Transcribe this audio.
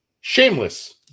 shameless